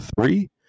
three